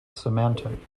symantec